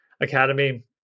Academy